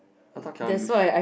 I thought cannot use